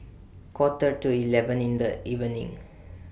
Quarter to eleven in The evening